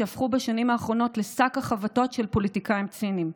שהפכו בשנים האחרונות לשק החבטות של פוליטיקאים ציניים,